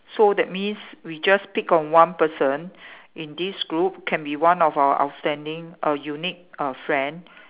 so that means we just pick on one person in this group can be one of our outstanding a unique uh friend